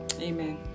amen